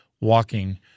walking